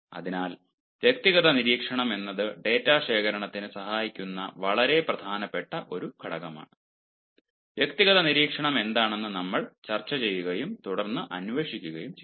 അതിനാൽ വ്യക്തിഗത നിരീക്ഷണം എന്നത് ഡാറ്റ ശേഖരണത്തിന് സഹായിക്കുന്ന വളരെ പ്രധാനപ്പെട്ട ഒരു ഘടകമാണ് വ്യക്തിഗത നിരീക്ഷണം എന്താണെന്ന് നമ്മൾ ചർച്ച ചെയ്യുകയും തുടർന്ന് അന്വേഷിക്കുകയും ചെയ്യും